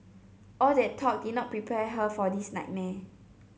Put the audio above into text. all that talk did not prepare her for this nightmare